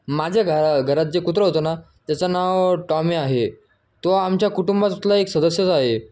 माझ्या घरात घरात जे कुत्रं होतं ना त्याचं नाव टॉमी आहे तो आमच्या कुटुंबातला एक सदस्यच आहे